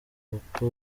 kuko